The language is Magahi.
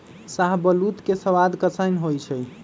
शाहबलूत के सवाद कसाइन्न होइ छइ